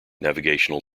navigational